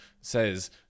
says